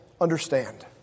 understand